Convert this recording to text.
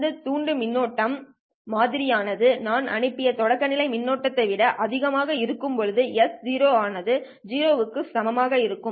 இந்த மின்னோட்டம் மாதிரி ஆனது நான் அனுப்பிய தொடக்கநிலை மின்னோட்டத்தை விட அதிகமாக இருக்கும்போது s0 ஆனது 0 க்கு சமமாக இருக்கும்